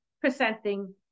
presenting